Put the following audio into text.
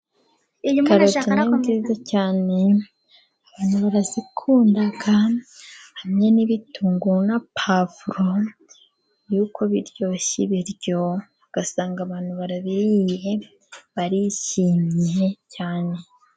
Karoti ni nziza cyane, abantu barazikunda hamwe n'ibitunguru na pavuro, yuko biryoshya ibiryo, ugasanga abantu barabiriye barishimye cyane.